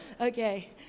okay